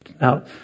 Now